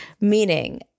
meaning